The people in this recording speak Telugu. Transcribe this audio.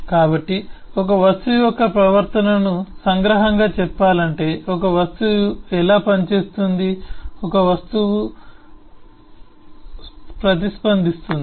కాబట్టి ఒక వస్తువు యొక్క ప్రవర్తనను సంగ్రహంగా చెప్పాలంటే ఒక వస్తువు ఎలా పనిచేస్తుంది మరియు ప్రతిస్పందిస్తుంది